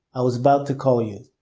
i was about to call you.